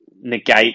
negate